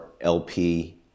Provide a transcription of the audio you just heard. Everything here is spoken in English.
LP